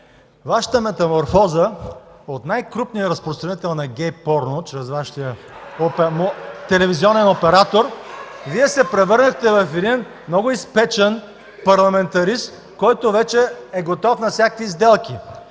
Вашата метаморфоза от най-крупния разпространител на гей порно, чрез Вашия телевизионен оператор (силен шум и реплики от ПФ), Вие се превърнахте в един много изпечен парламентарист, който вече е готов на всякакви сделки.